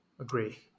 agree